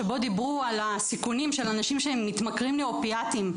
שבו דיברו על הסיכונים של אנשים שמתמכרים לאופיאטים.